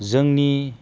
जोंनि